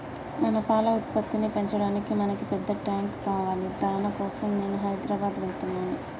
మన పాల ఉత్పత్తిని పెంచటానికి మనకి పెద్ద టాంక్ కావాలి దాని కోసం నేను హైదరాబాద్ వెళ్తున్నాను